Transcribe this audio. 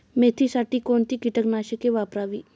मेथीसाठी कोणती कीटकनाशके वापरावी?